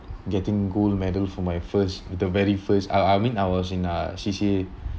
getting gold medal for my first the very first uh I mean I was in uh C_C_A